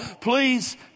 Please